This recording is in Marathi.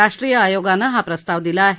राष्ट्रीय आयोगानं हा प्रस्ताव दिला आहे